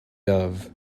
dove